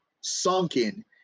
sunken